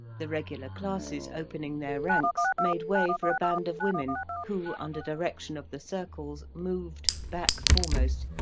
the regular classes opening their ranks, made way for a band of women who, under direction of the circles, moved, back foremost,